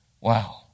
wow